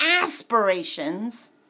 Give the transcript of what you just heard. aspirations